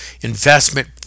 investment